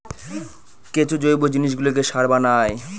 কেঁচো জৈব জিনিসগুলোকে সার বানায়